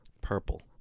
purple